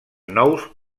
nous